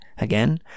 again